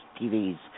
TVs